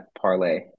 parlay